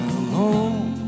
alone